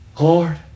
Lord